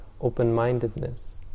open-mindedness